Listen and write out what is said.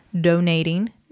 donating